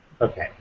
Okay